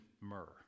myrrh